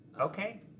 Okay